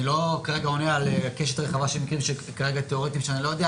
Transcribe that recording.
אני לא עונה על קשת רחבה של מקרים תאורטיים שאני לא מכיר,